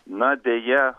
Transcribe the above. na deja